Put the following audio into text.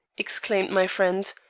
exclaimed my friend,